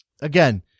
Again